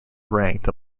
ranked